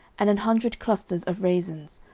and an hundred clusters of raisins,